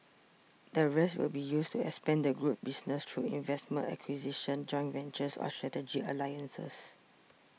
the rest will be used to expand the group's business through investments acquisitions joint ventures or strategic alliances